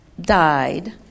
died